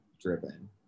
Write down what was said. driven